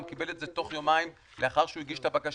גם קיבל את זה תוך יומיים לאחר שהוא הגיש את הבקשה.